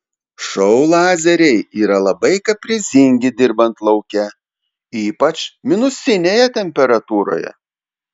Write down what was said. šou lazeriai yra labai kaprizingi dirbant lauke ypač minusinėje temperatūroje